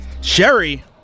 Sherry